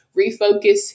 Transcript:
refocus